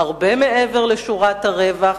הרבה מעבר לשורת הרווח,